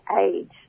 age